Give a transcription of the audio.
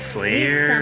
Slayer